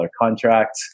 contract